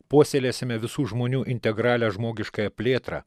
puoselėsime visų žmonių integralią žmogiškąją plėtrą